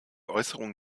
äußerung